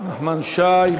נחמן שי.